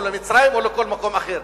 למצרים או לכל מקום אחר.